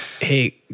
hey